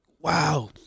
Wow